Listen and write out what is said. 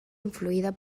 influïda